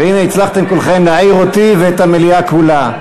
והנה, הצלחתם כולכם להעיר אותי ואת המליאה כולה.